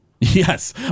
Yes